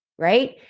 Right